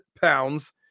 pounds